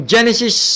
Genesis